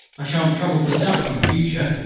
i shan't trouble to duck in future.